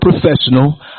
professional